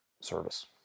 service